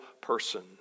person